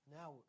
now